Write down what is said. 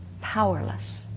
powerless